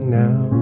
now